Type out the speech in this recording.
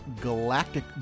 Galactic